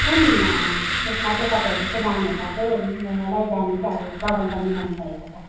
कुन ऊ यसमा चाहिँ तपाईँहरूले चाहिँ नानीहरूलाई चाहिँ लैजानु चाहिँ अब प्रबन्ध मिलाउनु भएको छ